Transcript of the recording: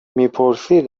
میپرسید